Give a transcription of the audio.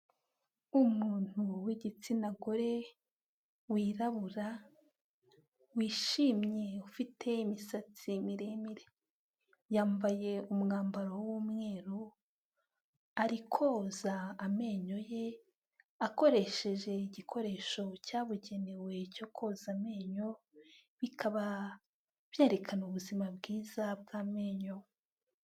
Umuntu w'igitsina gore, wirabura, wishimye ufite imisatsi miremire, yambaye umwambaro w'umweru, ari koza amenyo ye, akoresheje igikoresho cyabugenewe cyo koza amenyo, bikaba byerekana ubuzima bwiza bw'amenyo.